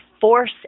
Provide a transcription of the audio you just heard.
force